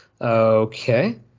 Okay